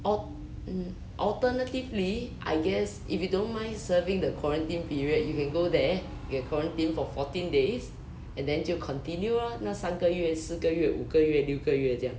or um alternatively I guess if you don't mind serving the quarantine period you can go there you can quarantine for fourteen days and then 就 continue lor 那三个月四个月五个月六个月这样